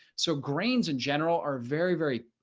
so grains in general are very, very,